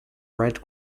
red